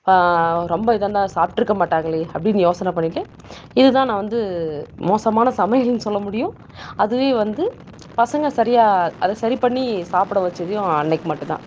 ரொம்ப இதாயிருந்தா சாப்பிட்ருக்க மாட்டாங்களே அப்படின்னு யோசனை பண்ணிக்கிட்டு இதுதான் நான் வந்து மோசமான சமையல்ன்னு சொல்ல முடியும் அதுவே வந்து பசங்கள் சரியாக அது சரி பண்ணி சாப்பிட வைச்சதையும் அன்னிக்கு மட்டும் தான்